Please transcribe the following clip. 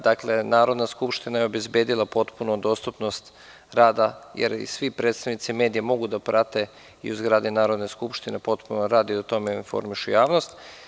Dakle, Narodna skupština je obezbedila potpunu dostupnost rada, jer svi predstavnici medija mogu da prate u zgradi Narodne skupštine rad i o tome informišu javnost.